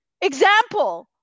example